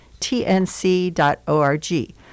tnc.org